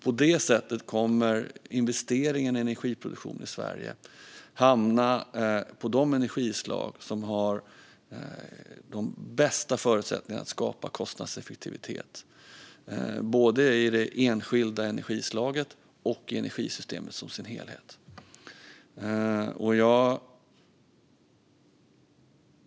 På detta sätt kommer investeringarna i energiproduktion i Sverige att hamna på de energislag som har de bästa förutsättningarna att skapa kostnadseffektivitet, både i det enskilda energislaget och i energisystemet som helhet.